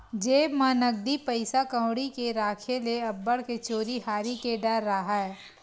जेब म नकदी पइसा कउड़ी के राखे ले अब्बड़ के चोरी हारी के डर राहय